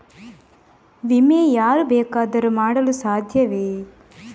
ವಿಮೆ ಯಾರು ಬೇಕಾದರೂ ಮಾಡಲು ಸಾಧ್ಯವೇ?